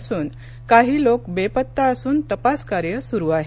अजून काही लोक बेपत्ता असून तपास कार्य सुरू आहे